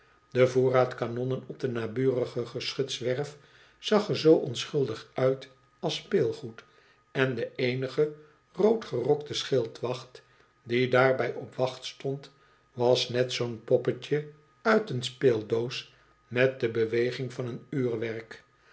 de voorraad kanonnen op de naburige geschutwerf zag er zoo onschuldig uit als speelgoed en de eenige roodgerokte schildwacht die daarbij op wacht stond was net zoo'n poppetje uit een speeldoos met de beweging van een uurwerk